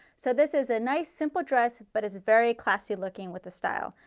so this is a nice simple dress, but it's very classy looking with the style.